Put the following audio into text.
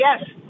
Yes